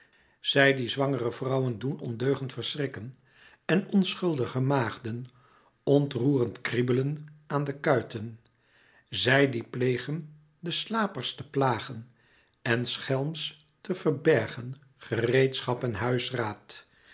zij die zwangere vrouwen doen ondeugend verschrikken en onschuldige maagden ontroerend kriebelen aan de kuiten zij die plegen de slapers te plagen en schelms te verbergen gereedschap en